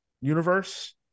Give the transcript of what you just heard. Universe